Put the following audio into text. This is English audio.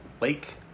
lake